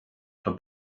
book